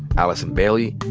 allison bailey,